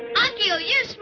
akio yes.